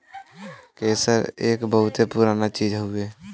केसर एक बहुते पुराना चीज हउवे